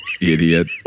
Idiot